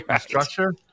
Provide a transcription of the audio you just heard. structure